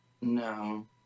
No